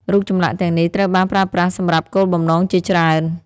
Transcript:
រូបចម្លាក់ទាំងនេះត្រូវបានប្រើប្រាស់សម្រាប់គោលបំណងជាច្រើន។